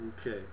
Okay